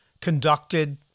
conducted